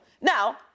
Now